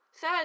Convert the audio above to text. third